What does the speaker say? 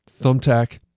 Thumbtack